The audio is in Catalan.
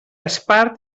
espart